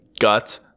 gut